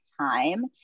time